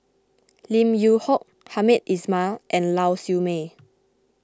Lim Yew Hock Hamed Ismail and Lau Siew Mei